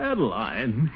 Adeline